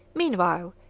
meanwhile,